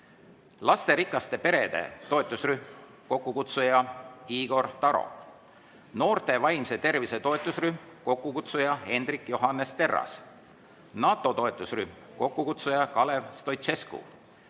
lasterikaste perede toetusrühm, kokkukutsuja Igor Taro; noorte vaimse tervise toetusrühm, kokkukutsuja Hendrik Johannes Terras; NATO toetusrühm, kokkukutsuja Kalev Stoicescu;